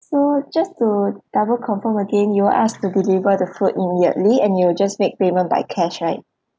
so just to double confirm again you've ask to deliver the food immediately and you'll just make payment by cash right